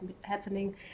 happening